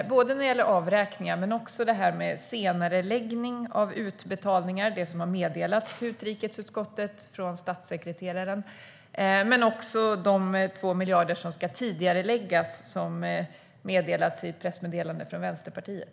Det handlar alltså såväl om avräkningen och det här med senareläggning av utbetalningar, vilket har meddelats till utrikesutskottet från statssekreteraren, som om de 2 miljarder som ska tidigareläggas, vilket har meddelats i ett pressmeddelande från Vänsterpartiet.